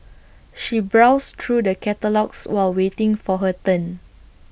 she browsed through the catalogues while waiting for her turn